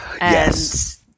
Yes